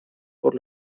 por